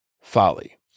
folly